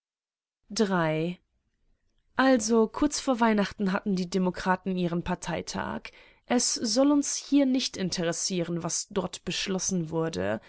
also kurz vor weihnachten hatten die demokraten ihren parteitag es soll uns hier nicht interessieren was dort beschlossen wurde